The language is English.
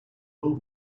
will